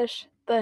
nšta